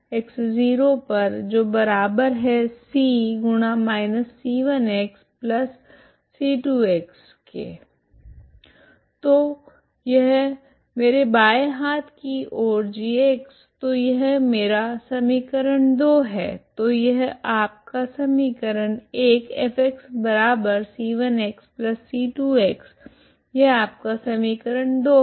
तो यह मेरे बाये हाथ की ओर g तो यह मेरा समी है तो यह आपका समी fc1c2 यह आपका समी है